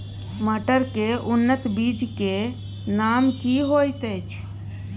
मटर के उन्नत बीज के नाम की होयत ऐछ?